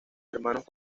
hermanos